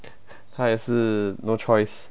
她也是 no choice